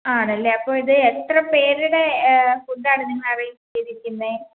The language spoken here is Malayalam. ആണല്ലേ അപ്പം ഇത് എത്ര പേരുടെ ഫുഡ്ഡാണ് നിങ്ങളറേഞ്ചു ചെയ്തിരിക്കുന്നത്